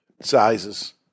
sizes